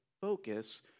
focus